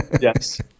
yes